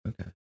okay